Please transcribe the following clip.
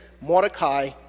Mordecai